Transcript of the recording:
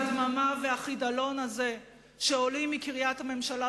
הדממה והחידלון הזה שעולים מקריית הממשלה